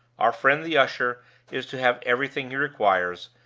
our friend the usher is to have everything he requires,